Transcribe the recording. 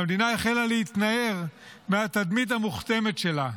והמדינה החלה להתנער מהתדמית המוכתמת שלה.